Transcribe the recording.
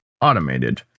automated